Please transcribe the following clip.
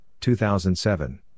2007